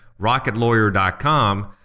rocketlawyer.com